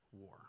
war